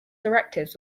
directives